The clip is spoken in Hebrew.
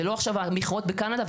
זה לא עכשיו המכרות בקנדה.